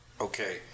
okay